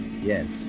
Yes